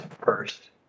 first